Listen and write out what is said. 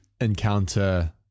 encounter